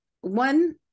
one